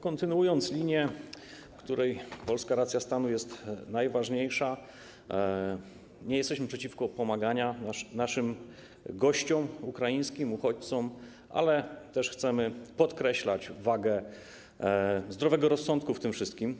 Kontynuując linię, w której polska racja stanu jest najważniejsza, nie jesteśmy przeciwko pomaganiu naszym gościom ukraińskim, uchodźcom, ale też chcemy podkreślać wagę zdrowego rozsądku w tym wszystkim.